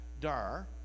Dar